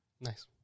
nice